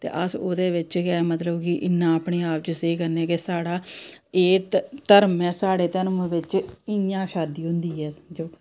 ते ओह्दे बिच गै तलब इन्ना अपने आप च सेही करने कि साढ़ा एह् धर्म ऐ साढ़े धर्म बिच इयां शादी होंदी ऐ